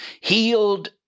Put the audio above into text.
healed